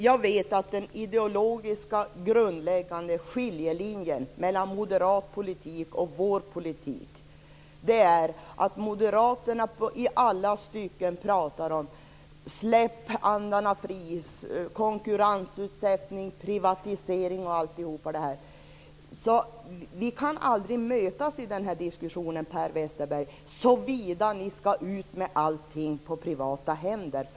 Jag vet att den ideologiska, grundläggande skiljelinjen mellan moderat politik och vår politik är att moderaterna i alla stycken pratar om att släppa andarna fria, om konkurrensutsättning och privatisering. Vi kan aldrig mötas i den diskussionen, Per Westerberg, om ni skall lägga ut allt på privata händer.